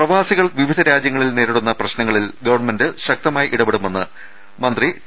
പ്രവാസികൾ വിവിധ രാജൃങ്ങളിൽ നേരിടുന്ന പ്രശ്നങ്ങളിൽ ഗവൺമെന്റ് ശക്തമായി ഇടപെടുമെന്ന് മന്ത്രി ടി